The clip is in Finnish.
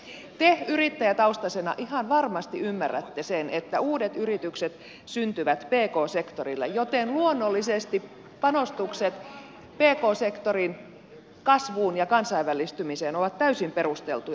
te yrittäjätaustaisena ihan varmasti ymmärrätte sen että uudet yritykset syntyvät pk sektorilla joten luonnollisesti panostukset pk sektorin kasvuun ja kansainvälistymiseen ovat täysin perusteltuja